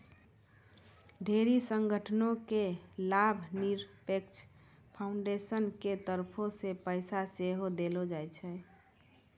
ढेरी संगठनो के लाभनिरपेक्ष फाउन्डेसन के तरफो से पैसा सेहो देलो जाय छै